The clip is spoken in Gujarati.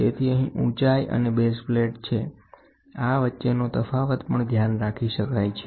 તેથી અહીં ઉચાઇ અને બેઝ પ્લેટ છે આ વચ્ચેનો તફાવત પણ ધ્યાન રાખી શકાય છે